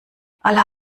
aller